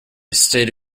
state